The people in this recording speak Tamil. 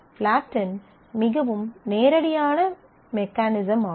ஃப்லாட்டென் மிகவும் நேரடியான மெக்கானிசம் ஆகும்